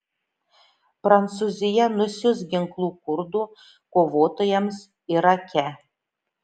prancūzija nusiųs ginklų kurdų kovotojams irake